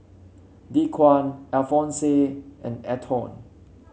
Dequan Alfonse and Antone